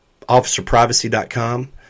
officerprivacy.com